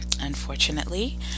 unfortunately